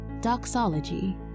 Doxology